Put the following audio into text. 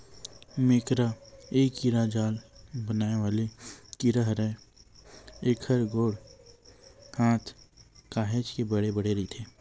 मेकरा ए कीरा जाल बनाय वाले कीरा हरय, एखर गोड़ हात ह काहेच के बड़े बड़े रहिथे